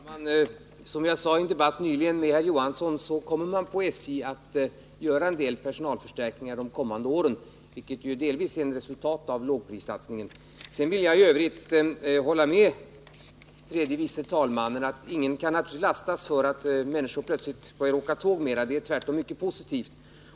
Herr talman! Som jag sade i en debatt nyss med Sune Johansson kommer man på SJ att göra en del personalförstärkningar under de kommande åren, vilket delvis är ett resultat av lågprissatsningen. I övrigt vill jag hålla med tredje vice talmannen om att ingen skall lastas för att människor plötsligt börjar åka tåg i större utsträckning. Det är tvärtom mycket positivt.